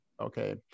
okay